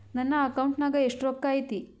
ನನ್ನ ಅಕೌಂಟ್ ನಾಗ ಎಷ್ಟು ರೊಕ್ಕ ಐತಿ?